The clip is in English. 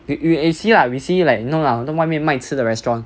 yo~ you eh see lah we see like no lah you know 外面卖吃的 restaurant